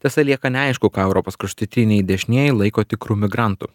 tiesa lieka neaišku ką europos kraštutiniai dešnieji laiko tikru migrantu